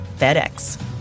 FedEx